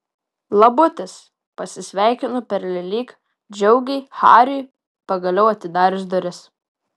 labutis pasisveikinu pernelyg džiugiai hariui pagaliau atidarius duris